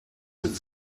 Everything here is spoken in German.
mit